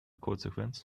codesequenz